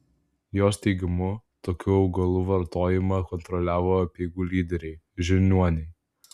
jos teigimu tokių augalų vartojimą kontroliavo apeigų lyderiai žiniuoniai